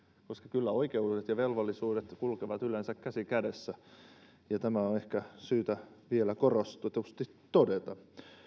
koska kyllä oikeudet ja velvollisuudet kulkevat yleensä käsi kädessä tämä on ehkä syytä vielä korostetusti todeta